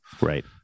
Right